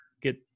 get